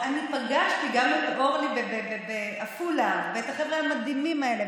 אני פגשתי גם את אורלי בעפולה ואת החבר'ה המדהימים האלה.